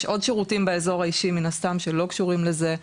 יש עוד שירותים באזור האישי מן הסתם שלא קשורים לזה,